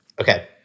Okay